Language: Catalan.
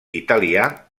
italià